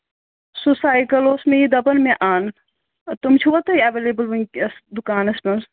سُہ سایکل اوس مےٚ یہِ دَپان مےٚ اَن تِم چھُوا تۄہہِ اٮ۪ویلیبٕل وٕنۍکٮ۪س دُکانَس منٛز